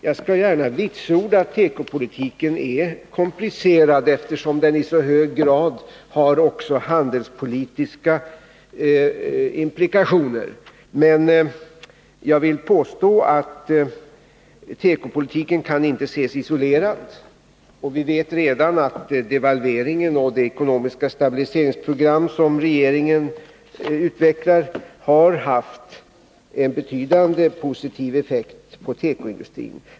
Jag skall gärna vitsorda att tekopolitiken är komplicerad, eftersom den i mycket hög grad också har handelspolitiska implikationer. Men tekopolitiken kan inte ses isolerad, och vi vet att devalveringen och det ekonomiska stabiliseringsprogram som regeringen utvecklar redan har haft en betydande positiv effekt på tekoindustrin.